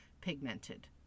pigmented